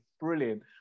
brilliant